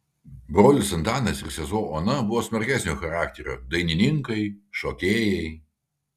brolis antanas ir sesuo ona buvo smarkesnio charakterio dainininkai šokėjai